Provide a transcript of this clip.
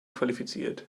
qualifiziert